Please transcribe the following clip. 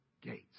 gates